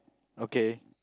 okay